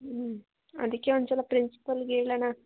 ಹ್ಞೂ ಅದಕ್ಕೆ ಒಂದುಸಲ ಪ್ರಿನ್ಸಿಪಲ್ಗೆ ಹೇಳಣ